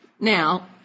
Now